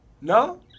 No